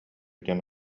диэн